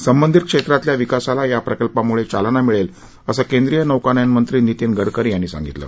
संबंधित क्षेत्रातल्या विकासाला या प्रकल्पामुळे चालना मिळेल असं केंद्रीय नौकानयन मंत्री नितीन गडकरी यांनी सांगितलं